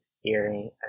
hearing